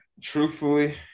truthfully